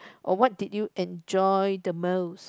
or what did you enjoy the most